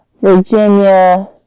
Virginia